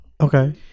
Okay